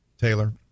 Taylor